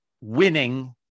winning